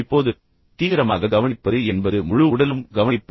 இப்போது சுறுசுறுப்பான கேட்பது என்பது முழு உடலும் கேட்பது